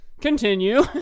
Continue